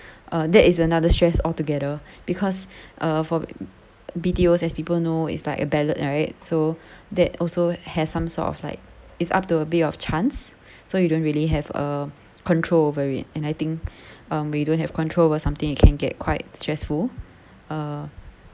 uh that is another stress altogether because uh for B_T_Os as people know it's like a ballot right so that also has some sort of like it's up to a bit of chance so you don't really have uh control over it and I think um we don't have control or something you can get quite stressful uh